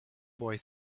boy